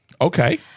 Okay